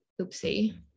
Oopsie